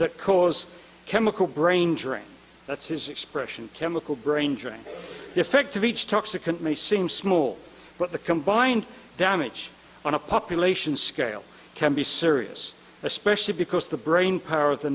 that cause chemical brain drain that's his expression chemical brain drain effect of each toxic and may seem small but the combined damage on a population scale can be serious especially because the brain power